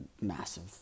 massive